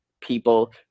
people